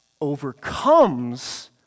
overcomes